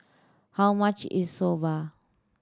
how much is Soba